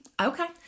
Okay